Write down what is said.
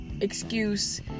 excuse